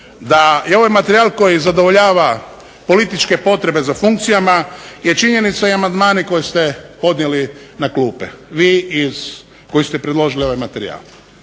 da je ovaj materijal koji zadovoljava političke potrebe za funkcijama je činjenica i amandmani koje ste podnijeli na klupe, vi koji ste predložili ovaj materijal,